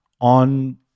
on